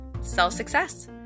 self-success